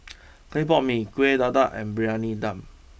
Clay Pot Mee Kueh Dadar and Briyani Dum